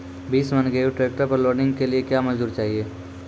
बीस मन गेहूँ ट्रैक्टर पर लोडिंग के लिए क्या मजदूर चाहिए?